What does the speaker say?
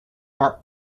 out